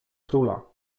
króla